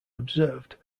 observed